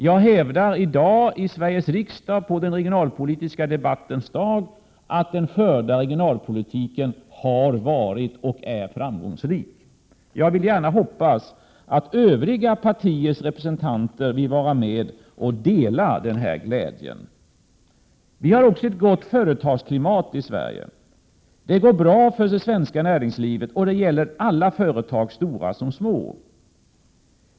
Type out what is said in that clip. Jag hävdar i dag i Sveriges riksdag på den regionalpolitiska debattens dag att den förda regionalpolitiken har varit och är framgångsrik. Jag vill gärna hoppas att övriga partiers representanter vill vara med och dela denna glädje. Vi har också ett gott företagsklimat i Sverige. Det går bra för det svenska näringslivet. Det gäller för alla företag, stora som små.